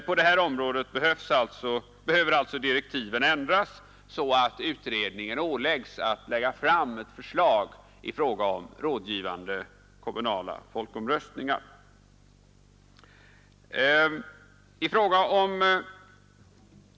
På detta område behöver direktiven alltså ändras så att utredningen åläggs att lägga fram förslag om rådgivande kommunala folkomröstningar.